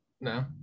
No